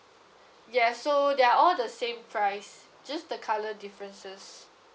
yeah so they're all the same price just the colour differences